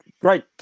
great